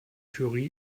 jury